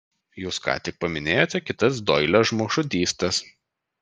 jūs ką tik paminėjote kitas doilio žmogžudystes